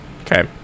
okay